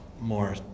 more